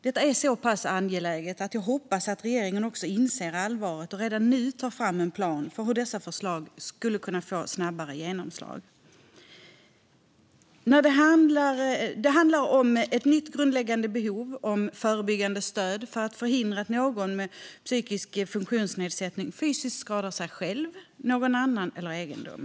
Detta är så pass angeläget att jag hoppas att regeringen också inser allvaret och redan nu tar fram en plan för hur dessa förslag kan få snabbare genomslag. Det handlar om ett nytt grundläggande behov: förebyggande stöd för att förhindra att någon med psykisk funktionsnedsättning fysiskt skadar sig själv, någon annan eller egendom.